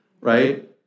right